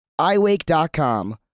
iWake.com